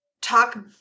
talk